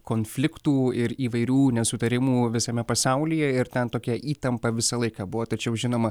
konfliktų ir įvairių nesutarimų visame pasaulyje ir ten tokia įtampa visą laiką buvo tačiau žinoma